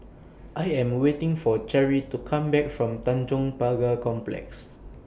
I Am waiting For Cheri to Come Back from Tanjong Pagar Complex